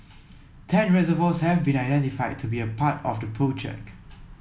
ten reservoirs have been identified to be a part of the project